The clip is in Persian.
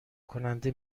کننده